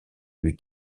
lui